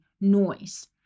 noise